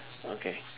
okay